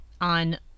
on